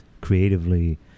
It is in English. creatively